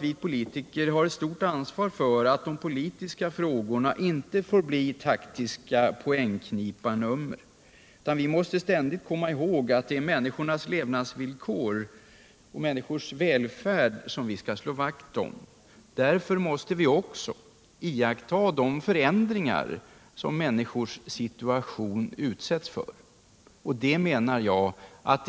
Vi politiker har ett stort ansvar för att de politiska frågorna inte blir taktiska poängkniparnummer. Vi måste ständigt komma ihåg att det är människornas levnadsvillkor och välfärd som vi skall slå vakt om. Därför måste vi också iaktta de förändringar som människors situation utsätts för, och det menar jag att